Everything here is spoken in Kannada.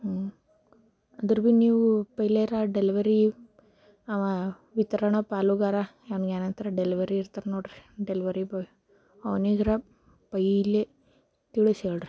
ಹ್ಞೂಂ ಅದ್ರ ಭೀ ನೀವು ಪೆಹೆಲೆರೆ ಡೆಲಿವರಿ ಅವ ವಿತರಣಾ ಪಾಲುಗಾರ ಅವನಿಗೇನಂತಾರೆ ಡೆಲಿವರಿ ಇರ್ತಾರೆ ನೋಡಿರಿ ಡೆಲಿವರಿ ಬಾಯ್ ಅವನಿಗರೆ ಪೆಹೆಲೆ ತಿಳಿಸಿ ಹೇಳ್ರಿ